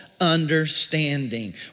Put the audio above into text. Understanding